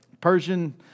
Persian